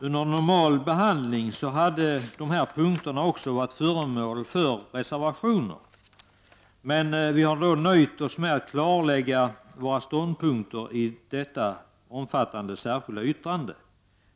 Vid en normal behandling hade dessa punkter också varit föremål för reservationer, men vi har nöjt oss med att klarlägga våra ståndpunkter i detta omfattande särskilda yttrande.